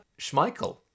Schmeichel